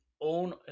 own